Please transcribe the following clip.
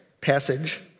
passage